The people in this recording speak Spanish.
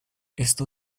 esto